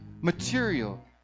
material